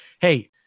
hey